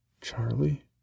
Charlie